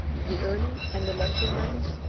the early and the latter rains,